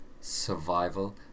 survival